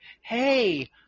hey